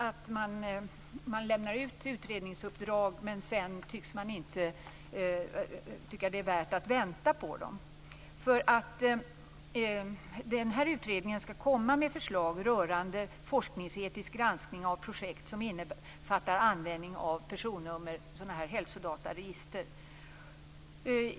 Regeringen lämnar ut utredningsuppdrag men sedan verkar man inte tycka att det är värt att vänta på dem. Den här utredningen skall komma med förslag rörande forskningsetisk granskning, vilket innefattar användning av personnummer i hälsodataregister.